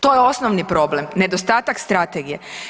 To je osnovni problem, nedostatak strategije.